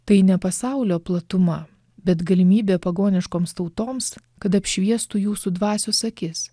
tai ne pasaulio platuma bet galimybė pagoniškoms tautoms kad apšviestų jūsų dvasios akis